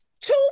two